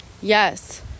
Yes